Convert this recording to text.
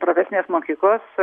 profesinės mokyklos